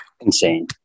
insane